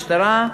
משטרה,